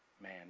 man